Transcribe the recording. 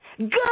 Good